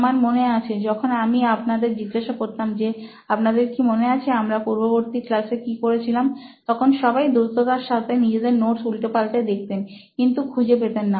আমার মনে আছে যখন আমি আপনাদের জিজ্ঞাসা করতাম যে আপনাদের কি মনে আছে আমরা পূর্ববর্তী ক্লাসে কি করেছিলাম তখন সবাই দ্রুততার সাথে নিজেদের নোটস উল্টেপাল্টে দেখতেন কিন্তু খুঁজে পেতেন না